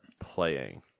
playing